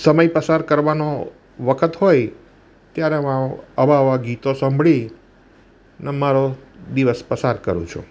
સમય પસાર કરવાનો વખત હોય ત્યારે હું આવા આવા ગીતો સાંભળીને મારો દિવસ પસાર કરું છું